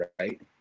right